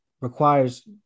requires